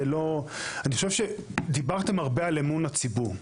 זה לא, אני חושב שדיברתם הרבה על אמון הציבור.